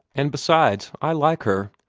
and, besides, i like her.